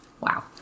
Wow